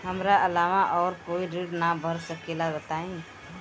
हमरा अलावा और कोई ऋण ना भर सकेला बताई?